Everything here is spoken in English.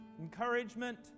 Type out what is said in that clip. encouragement